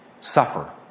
suffer